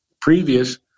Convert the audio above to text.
previous